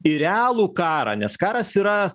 į realų karą nes karas yra